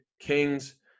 Kings